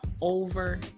over